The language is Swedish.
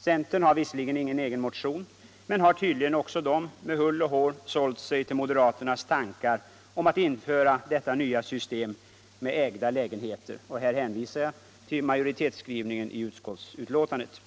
Centern har visserligen ingen egen motion men har tydligen också med hull och hår sålt sig till moderaternas tankar om att införa detta nya system med ägda lägenheter. Här hänvisar jag till majoritetsskrivningen i utskottsbetänkandet.